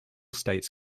states